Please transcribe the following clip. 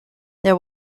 there